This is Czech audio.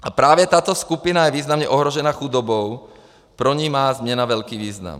A právě tato skupina je významně ohrožena chudobou, pro ni má změna velký význam.